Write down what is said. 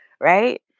Right